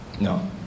No